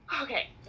okay